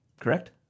correct